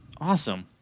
Awesome